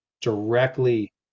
directly